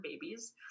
babies